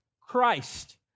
Christ